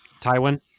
Tywin